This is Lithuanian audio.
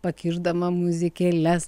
pakišdama muzikėles